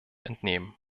entnehmen